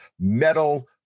metal